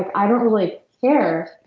i don't really care.